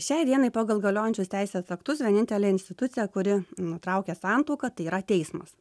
šiai dienai pagal galiojančius teisės aktus vienintelė institucija kuri nutraukia santuoką tai yra teismas